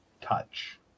touch